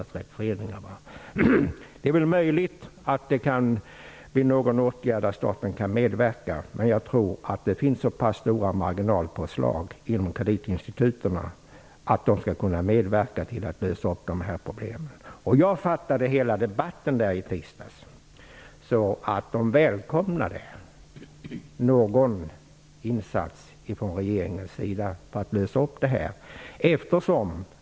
Det är möjligt att det kan bli fråga om något slags åtgärd där staten kan medverka, men jag tror att det finns så pass stora marginalpåslag inom kreditinstituten att de själva skall kunna medverka till att lösa problemen. Jag uppfattade hela debatten i tisdags så att de skulle välkomna en insats från regeringens sida för att lösa detta.